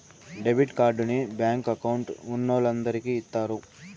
debit కార్డుని bank account ఉన్నోలందరికి ఇత్తారు